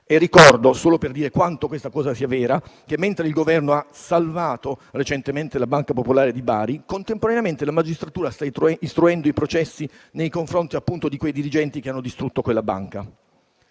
E ricordo - solo per dire quanto questa cosa sia vera - che, mentre il Governo ha salvato recentemente la Banca popolare di Bari, contemporaneamente la magistratura sta istruendo i processi nei confronti dei dirigenti che hanno distrutto quella banca.